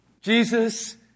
Jesus